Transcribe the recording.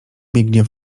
biegnie